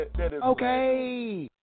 Okay